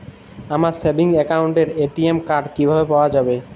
আমার সেভিংস অ্যাকাউন্টের ATM card কিভাবে পাওয়া যাবে?